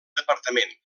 departament